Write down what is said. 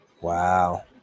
Wow